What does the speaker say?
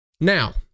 Now